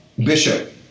Bishop